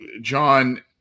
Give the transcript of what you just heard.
John